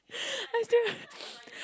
I still remember